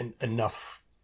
enough